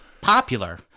popular